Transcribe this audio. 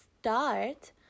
start